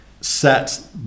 set